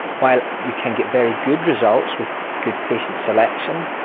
while you can get very good results with good patient selection,